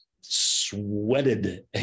sweated